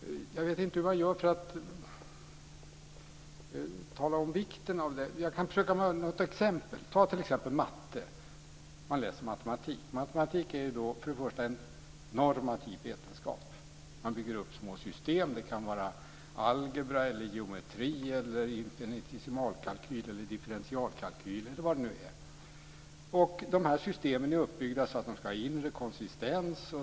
Jag vet inte hur man gör för att betona vikten av ämnesdidaktik, men jag ska försöka ta ett exempel. Matematik är en normativ vetenskap. Man bygger upp små system. Det kan vara algebra, geometri eller differentialkalkyl. Dessa system är uppbyggda så att de ska ha inre konsistens.